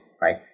right